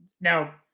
Now